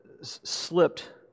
slipped